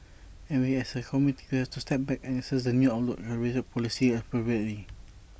and we as A committee will have to step back and assess the new outlook and calibrate policy appropriately